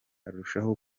arushaho